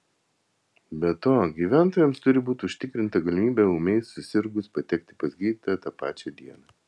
be to gyventojams turi būti užtikrinta galimybė ūmiai susirgus patekti pas gydytoją tą pačią dieną